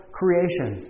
creation